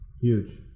huge